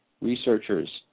researchers